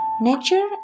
nature